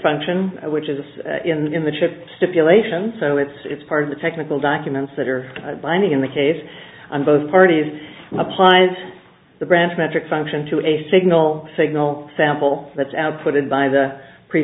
function which is in the chip stipulation so it's part of the technical documents that are binding in the case on both parties applies the branch metric function to a signal signal sample that's output in by the pre